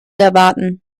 erwarten